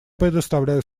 предоставляю